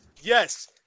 Yes